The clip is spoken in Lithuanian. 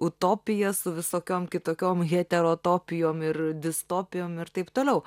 utopija su visokiom kitokiom heterotopijom ir distopijom ir taip toliau